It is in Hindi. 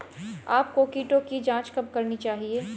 आपको कीटों की जांच कब करनी चाहिए?